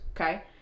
Okay